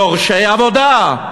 דורשי עבודה,